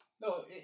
No